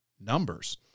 numbers